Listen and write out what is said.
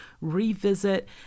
revisit